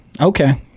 Okay